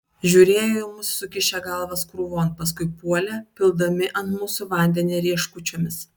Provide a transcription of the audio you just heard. žiūrėjo į mus sukišę galvas krūvon paskui puolė pildami ant mūsų vandenį rieškučiomis